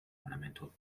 ornamental